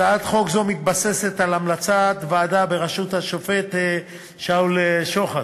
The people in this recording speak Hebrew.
הצעת חוק זו מתבססת על המלצת ועדה בראשות השופט שאול שוחט,